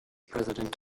president